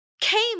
came